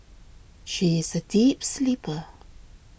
she is a deep sleeper